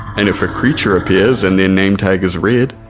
and if a creature appears and their nametag is red,